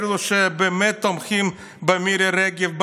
אלו שבאמת תומכים במירי רגב,